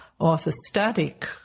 orthostatic